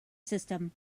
system